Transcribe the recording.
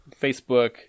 facebook